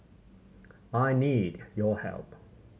I need your help